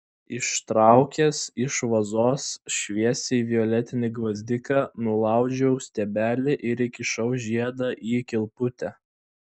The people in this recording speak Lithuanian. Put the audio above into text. ištraukęs iš vazos šviesiai violetinį gvazdiką nulaužiau stiebelį ir įkišau žiedą į kilputę